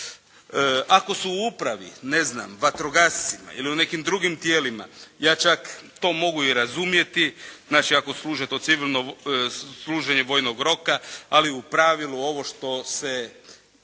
Ako su u upravi ne znam vatrogascima ili u nekim drugim tijelima ja čak to mogu i razumjeti, znači ako to služe to civilno služenje vojnog roka. Ali u pravilu ovo u što se